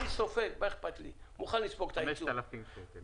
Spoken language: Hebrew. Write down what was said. אני סופג, מה אכפת לי --- 5,000 שקל.